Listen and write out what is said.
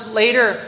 later